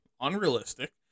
Unrealistic